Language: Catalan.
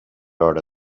hora